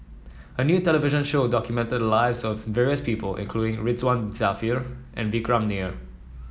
a new television show documented the lives of various people including Ridzwan Dzafir and Vikram Nair